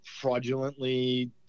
fraudulently